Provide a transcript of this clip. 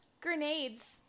grenades